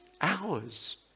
hours